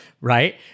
Right